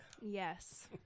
Yes